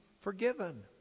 forgiven